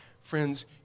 friends